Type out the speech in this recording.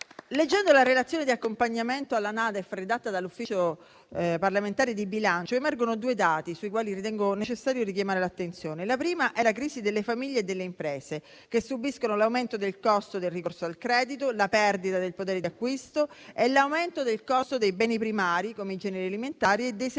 Leggendo la relazione di accompagnamento alla NADEF redatta dall'Ufficio parlamentare di bilancio, emergono due dati sui quali ritengo necessario richiamare l'attenzione. Il primo è la crisi delle famiglie e delle imprese che subiscono l'aumento del costo del ricorso al credito, la perdita del potere di acquisto e l'aumento del costo dei beni primari, come i generi alimentari e dei servizi